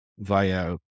via